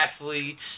Athletes